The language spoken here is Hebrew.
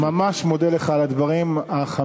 אני ממש מודה לך על הדברים החמים.